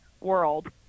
world